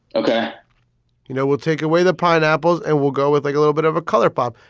ok you know, we'll take away the pineapples and we'll go with like a little bit of a color pop.